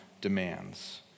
demands